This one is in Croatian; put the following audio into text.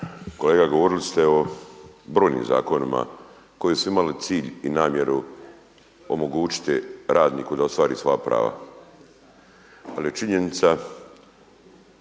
Kolega govorili ste o brojnim zakonima koji su imali cilj i namjeru omogućiti radniku da ostvari svoja prava, ali je činjenica